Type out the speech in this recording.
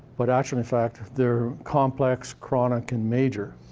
but actually, in fact, they're complex, chronic, and major.